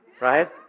Right